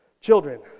Children